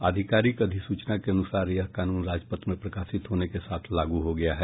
आधिकारिक अधिसूचना के अनुसार यह कानून राजपत्र में प्रकाशित होने के साथ लागू हो गया है